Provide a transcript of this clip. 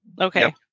Okay